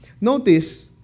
Notice